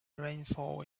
rainfall